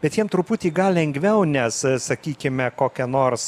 bet jiem truputį gal lengviau nes sakykime kokia nors